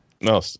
No